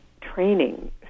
training